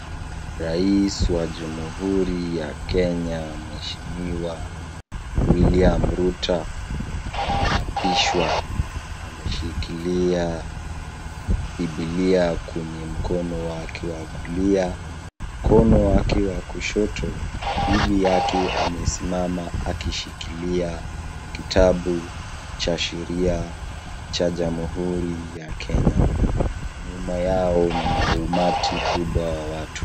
Rais wa jumhuri ya Kenya mheshimiwa William Ruto anaapishwa ameshikilia bibilia kwenye mkono wake wa kulia , mkono wake wa kushoto, bibi yake amesimama akishikilia kitabu cha sheria cha jamhuri ya Kenya. Nyuma yao kuna umati kubwa wa watu.